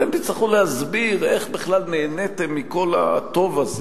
אתם תצטרכו להסביר איך בכלל נהניתם מכל הטוב הזה